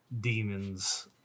demons